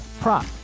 prop